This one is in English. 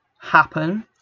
happen